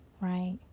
right